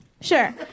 Sure